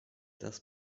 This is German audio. das